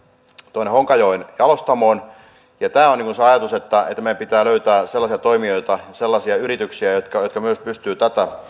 tuonne honkajoen jalostamoon tämä on se ajatus että meidän pitää löytää sellaisia toimijoita sellaisia yrityksiä jotka jotka myös pystyvät tätä